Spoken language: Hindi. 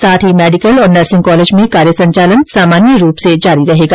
साथ ही मेडिकल और नर्सिंग कॉलेज में कार्य संचालन सामान्य रूप से जारी रहेगा